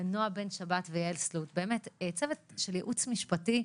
לנעה בן שבת ויעל סלנט באמת צוות אדיר של ייעוץ משפטי,